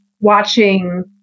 watching